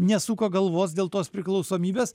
nesuka galvos dėl tos priklausomybės